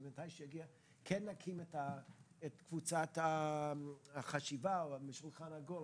שבאמת עוסקים גם בחיי היום-יום שלהם בסביבה.